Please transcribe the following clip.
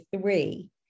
three